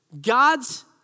God's